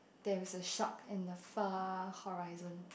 there is a shark in the far horizon